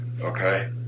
Okay